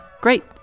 Great